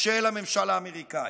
של הממשל האמריקאי.